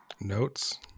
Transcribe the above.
Notes